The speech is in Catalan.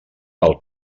pel